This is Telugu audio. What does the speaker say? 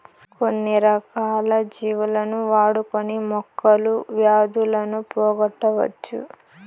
కొన్ని రకాల జీవులను వాడుకొని మొక్కలు వ్యాధులను పోగొట్టవచ్చు